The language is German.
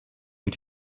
und